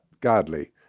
godly